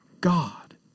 God